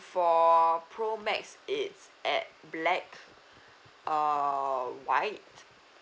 for pro max it's at black err white